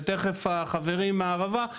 ותכף החברים מהערבה,